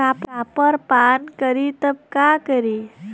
Copper पान करी तब का करी?